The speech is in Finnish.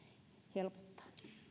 helpottaa